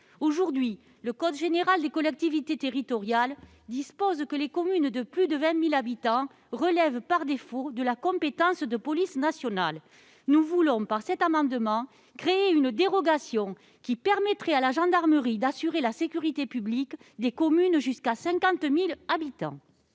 Aujourd'hui le code général des collectivités territoriales (CGCT) dispose que les communes de plus de 20 000 habitants relèvent par défaut de la compétence de la police nationale. Nous voulons, par cet amendement, créer une dérogation qui permettrait à la gendarmerie d'assurer la sécurité publique des communes jusqu'à 50 000 habitants.